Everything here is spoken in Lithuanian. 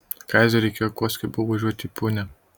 kaziui reikėjo kuo skubiau važiuot į punią